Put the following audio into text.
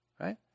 Right